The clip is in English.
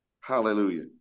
Hallelujah